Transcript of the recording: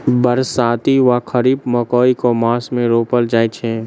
बरसाती वा खरीफ मकई केँ मास मे रोपल जाय छैय?